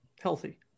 healthy